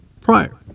prior